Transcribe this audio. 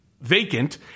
vacant